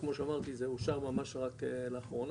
כמו שאמרתי זה אושר ממש רק לאחרונה,